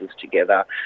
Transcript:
together